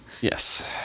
Yes